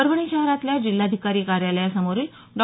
परभणी शहरातल्या जिल्हाधिकारी कार्यालया समोरील डॉ